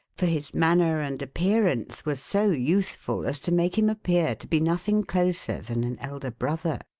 for his manner and appearance were so youthful as to make him appear to be nothing closer than an elder brother.